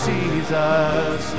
Jesus